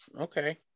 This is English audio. Okay